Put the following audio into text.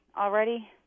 already